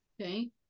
Okay